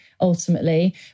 ultimately